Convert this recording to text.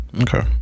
okay